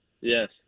Yes